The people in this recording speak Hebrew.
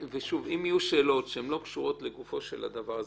יהיו שאלות שלא קשורות לגופו של הדבר הזה,